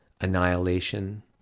annihilation